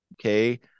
okay